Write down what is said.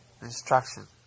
Instruction